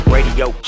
Radio